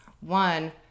One